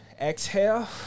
exhale